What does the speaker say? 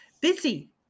busy